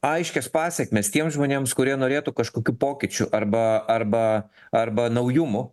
aiškias pasekmes tiems žmonėms kurie norėtų kažkokių pokyčių arba arba arba naujumų